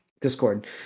Discord